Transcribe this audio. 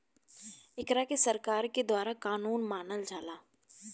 एकरा के सरकार के द्वारा कानूनी मानल जाला